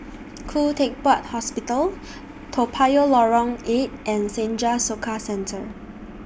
Khoo Teck Puat Hospital Toa Payoh Lorong eight and Senja Soka Centre